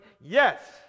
Yes